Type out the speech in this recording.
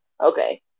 okay